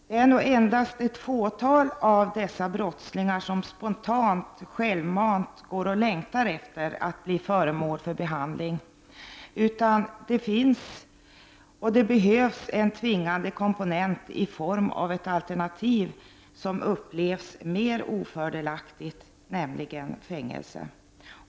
Det är nog endast ett fåtal av dessa brottslingar som spontant och självmant längtar efter att bli föremål för behandling. Det behövs i stället en tvingande komponent i form av ett alternativ som upplevs som mer ofördelaktigt, nämligen fängelse.